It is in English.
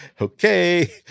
okay